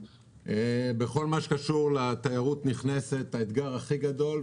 בכל מה שקשור לתיירות נכנסת האתגר הכי גדול,